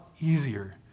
easier